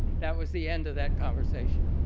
that was the end of that conversation,